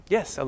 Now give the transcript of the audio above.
Yes